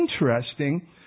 interesting